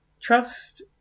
trust